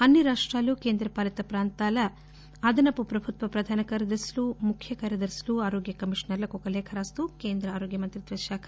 అన్ని రాష్టాలు కేంద్రపాలిత ప్రాంతాల అదనపు ప్రభుత్వ ప్రధాన కార్యదర్శులు ముఖ్య కార్యదర్తులు ఆరోగ్య కమిషనర్లకు ఒక లేఖ రాస్తూ కేంద్ర ఆరోగ్య మంత్రిత్వ శాఖ